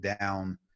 down